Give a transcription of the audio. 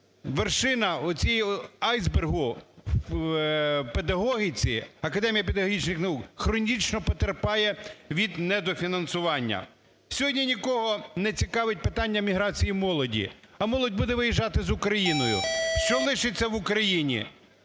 вершина оцього айсбергу в педагогіці, Академія педагогічних наук, хронічно потерпає від недофінансування. Сьогодні нікого не цікавить питання міграції молоді. А молодь буде виїжджати з України. Що лишиться в Україні?